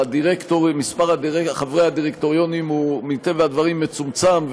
ומספר חברי הדירקטוריונים הוא מטבע הדברים מצומצם,